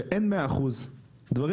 אני רוצה שתכיר בעובדה שאין 100%. דברים